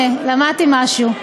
טוב, הנה, למדתי משהו.